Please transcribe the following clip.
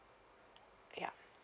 ya